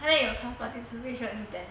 !huh! then your class participation is ten